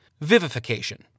vivification